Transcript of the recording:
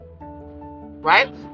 right